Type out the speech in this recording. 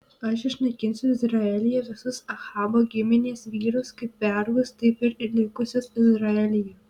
aš išnaikinsiu izraelyje visus ahabo giminės vyrus kaip vergus taip ir likusius izraelyje